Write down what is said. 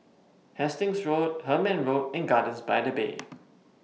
Hastings Road Hemmant Road and Gardens By The Bay